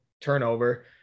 turnover